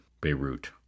Beirut